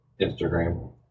Instagram